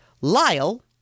Lyle